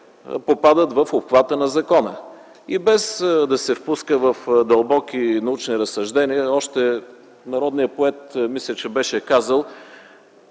попадат в обхвата на закона. И без да се впуска в дълбоки научни разсъждения още народният поет мисля, че беше казал: